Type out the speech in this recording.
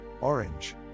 Orange